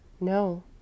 No